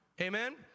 Amen